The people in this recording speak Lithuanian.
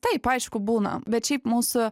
taip aišku būna bet šiaip mūsų